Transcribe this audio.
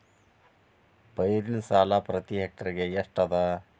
ಪೈರಿನ ಸಾಲಾ ಪ್ರತಿ ಎಕರೆಗೆ ಎಷ್ಟ ಅದ?